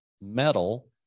metal